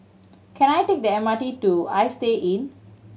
can I take the M R T to Istay Inn